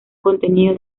contenido